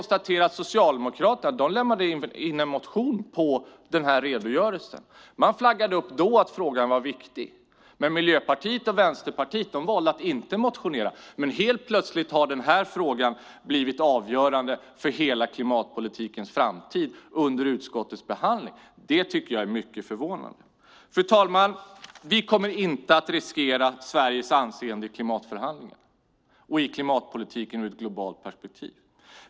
Socialdemokraterna lämnade in en motion om redogörelsen. Man flaggade för att frågan var viktig. Miljöpartiet och Vänsterpartiet valde att inte motionera. Helt plötsligt har den här frågan, under utskottets behandling, blivit avgörande för klimatpolitikens framtid. Det tycker jag är mycket förvånande. Fru talman! Vi kommer inte att riskera Sveriges anseende i klimatförhandlingarna och i klimatpolitiken ur ett globalt perspektiv.